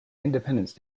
independence